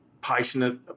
passionate